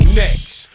next